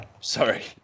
Sorry